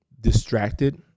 distracted